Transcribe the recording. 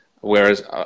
Whereas